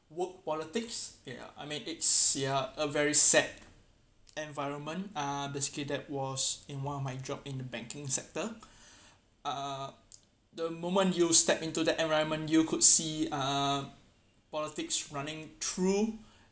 work politics ya I mean it's ya a very sad environment uh basically that was in one of my job in the banking sector uh the moment you step into that environment you could see uh politics running through